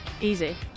Easy